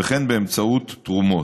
וכן באמצעות תרומות.